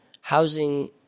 housing